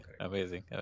Amazing